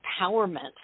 empowerment